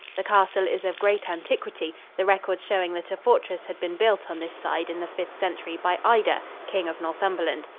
the castle is of great antiquity, the records showing that a fortress had been built on this side in the fifth century by ida, king of northumberland,